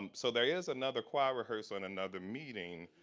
um so there is another choir rehearsal in another meeting,